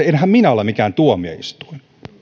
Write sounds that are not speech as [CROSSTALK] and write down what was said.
[UNINTELLIGIBLE] enhän minä ole mikään tuomioistuin